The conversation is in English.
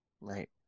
Right